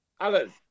Alan